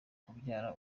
kubyara